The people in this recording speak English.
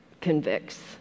convicts